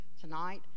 tonight